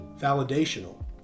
validational